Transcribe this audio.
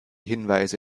hinweise